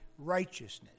righteousness